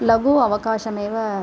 लघु अवकाशमेव